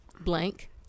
blank